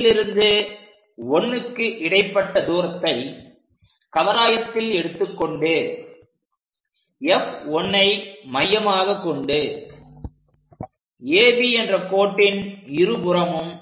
Aலிருந்து 1க்கு இடைப்பட்ட தூரத்தை கவராயத்தில் எடுத்துக்கொண்டு F1ஐ மையமாகக் கொண்டு AB என்ற கோட்டின் இருபுறமும்